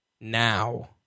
now